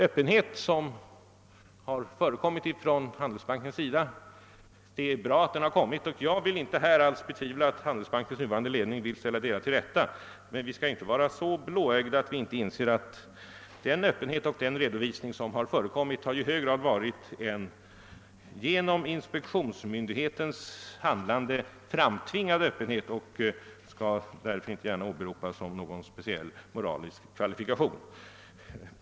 Svenska handelsbankens öppenhet är bra, och jag vill inte alls betvivla att bankens nuvarande ledning vill ställa förhållandena till rätta, men vi skall inte vara så blåögda att vi inte inser, att den öppenhet och redovisning som förekommit från bankens sida i hög grad framtvingats av inspektionsmyndighetens handlande och därför inte kan åberopas som någon speciellt moralisk kvalifikation.